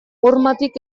hormatik